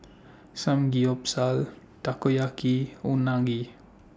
Samgeyopsal Takoyaki and Unagi